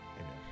Amen